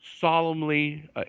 solemnly